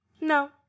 No